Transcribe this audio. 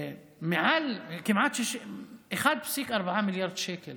מעל כמעט 1.4 מיליארד שקל